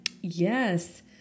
Yes